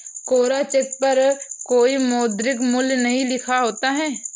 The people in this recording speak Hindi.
कोरा चेक पर कोई मौद्रिक मूल्य नहीं लिखा होता है